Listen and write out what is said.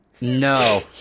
No